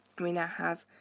we now have